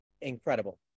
incredible